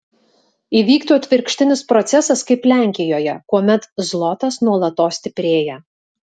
įvyktų atvirkštinis procesas kaip lenkijoje kuomet zlotas nuolatos stiprėja